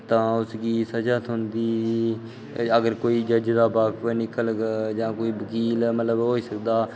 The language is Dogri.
तां उसगी स'जा थ्होंदी अगर कोई जज दा बाकफ निकलग जां कोई बकील होई सकदा